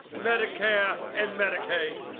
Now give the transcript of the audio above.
medicare, and medicaid.